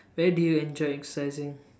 where do you enjoy exercising